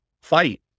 fight